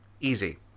Easy